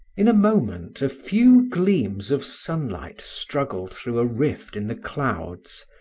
in a moment a few gleams of sunlight struggled through a rift in the clouds,